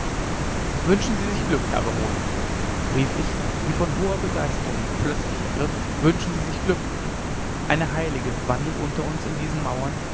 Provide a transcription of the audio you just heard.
wünschen sie sich glück herr baron rief ich wie von hoher begeisterung plötzlich ergriffen wünschen sie sich glück eine heilige wandelt unter uns in diesen mauern